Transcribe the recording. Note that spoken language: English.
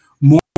more